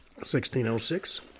1606